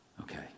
Okay